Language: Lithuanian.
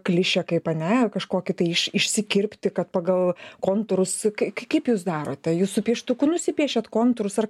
klišę kaip ane kažkokį tai iš išsikirpti kad pagal kontūrus kai kaip jūs darote jūs su pieštuku nusipiešiat kontūrus ar